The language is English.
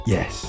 Yes